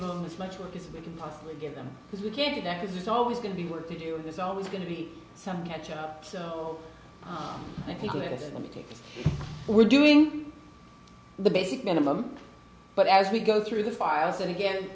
them as much work as we can possibly give them because we can't do that because there's always going to be work to do and there's always going to be some catch up so i think it is going to take we're doing the basic minimum but as we go through the files and again